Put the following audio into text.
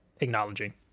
acknowledging